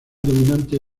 dominante